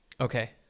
Okay